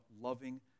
loving